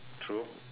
true